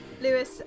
Lewis